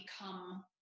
become